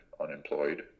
unemployed